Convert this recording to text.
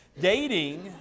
Dating